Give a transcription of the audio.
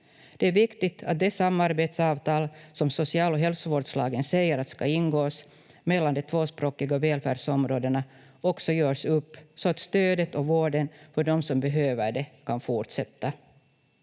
Det är viktigt att de samarbetsavtal som social- och hälsovårdslagen säger att ska ingås mellan de tvåspråkiga välfärdsområdena också görs upp så att stödet och vården för de som behöver det kan fortsätta.